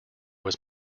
was